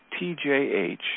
tjh